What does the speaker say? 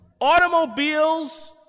automobiles